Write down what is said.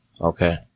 okay